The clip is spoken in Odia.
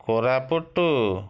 କୋରାପୁଟ